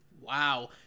Wow